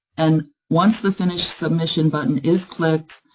and once the finish submission button is clicked,